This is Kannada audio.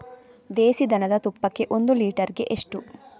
ದೇಸಿ ದನದ ತುಪ್ಪಕ್ಕೆ ಒಂದು ಲೀಟರ್ಗೆ ಎಷ್ಟು?